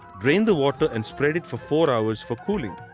drain the water and spread it for four hours for cooling.